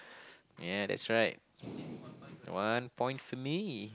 yeah that's right one point for me